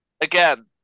Again